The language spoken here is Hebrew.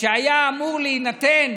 שהיו אמורים להינתן